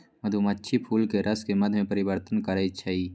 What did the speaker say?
मधुमाछी फूलके रसके मध में परिवर्तन करछइ